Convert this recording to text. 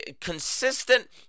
consistent